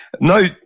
No